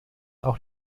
auch